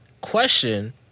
question